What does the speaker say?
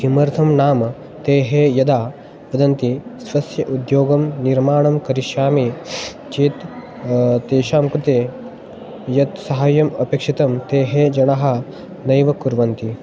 किमर्थं नाम ते यदा वदन्ति स्वस्य उद्योगं निर्माणं करिष्यामि चेत् तेषां कृते यत् सहायम् अपेक्षितं ते जनः नैव कुर्वन्ति